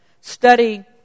study